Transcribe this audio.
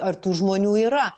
ar tų žmonių yra